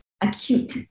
acute